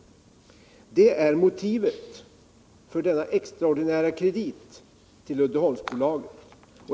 Det är motivet för denna extraordinära kredit till Uddeholmsbolaget.